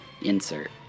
insert